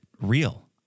real